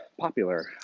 popular